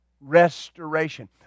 Restoration